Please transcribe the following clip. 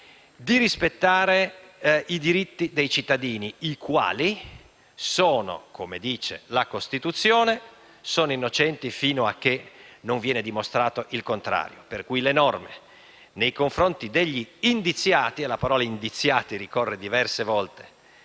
la legge e i diritti dei cittadini, i quali sono - come dice la Costituzione - innocenti fino a che non viene dimostrato il contrario. Per quanto riguarda le norme nei confronti degli indiziati (e la parola «indiziati» ricorre diverse volte